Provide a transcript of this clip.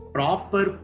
proper